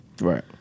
Right